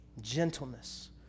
gentleness